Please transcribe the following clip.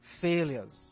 failures